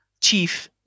chief